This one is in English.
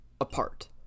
apart